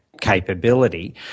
capability